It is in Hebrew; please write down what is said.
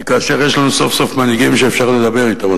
כי כאשר יש לנו סוף-סוף מנהיגים שאפשר לדבר אתם,